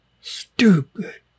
stupid